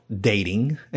dating